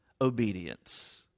obedience